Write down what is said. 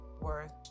worth